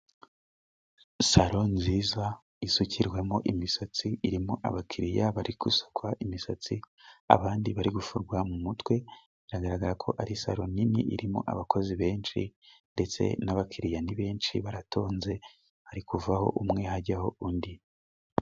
salo nziza isukirwamo imisatsi, irimo abakiriya bari gusukwa imisatsi. Abandi bari gufurwa mu mutwe binagaragara ko ari salo nini irimo abakozi benshi, ndetse n'abakiriya ni benshi. Baratonze hari kuvaho umwe hajyaho undi.